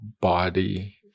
body